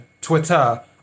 Twitter